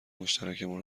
مشترکمان